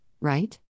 right